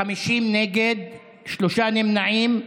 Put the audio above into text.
50 נגד, שלושה נמנעים.